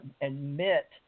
admit